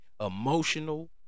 emotional